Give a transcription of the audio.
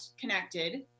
connected